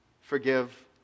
forgive